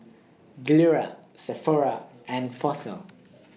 Gilera Sephora and Fossil